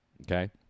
okay